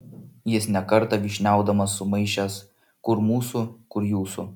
jis ne kartą vyšniaudamas sumaišęs kur mūsų kur jūsų